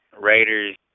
Raiders